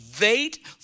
wait